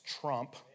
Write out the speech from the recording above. trump